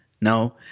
Now